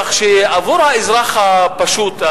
כך שעבור האזרח הפשוט,